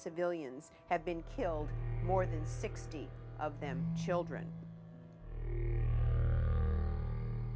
civilians have been killed more than sixty of them children